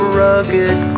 rugged